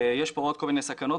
יש פה עוד כל מיני סכנות.